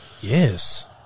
Yes